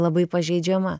labai pažeidžiama